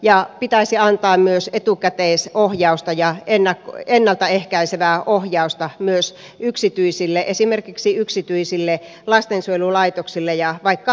niiden pitäisi antaa myös etukäteisohjausta ja ennalta ehkäisevää ohjausta myös yksityisille esimerkiksi yksityisille lastensuojelulaitoksille ja vaikka perhekodeille